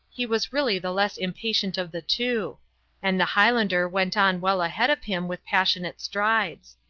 he was really the less impatient of the two and the highlander went on well ahead of him with passionate strides.